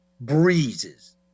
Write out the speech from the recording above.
breezes